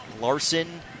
Larson